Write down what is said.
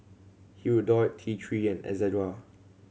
Hirudoid T Three and Ezerra